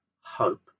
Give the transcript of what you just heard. hope